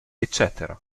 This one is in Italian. ecc